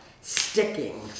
sticking